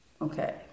okay